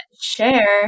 share